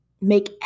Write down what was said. make